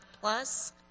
plus